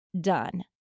done